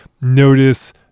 notice